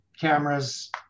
cameras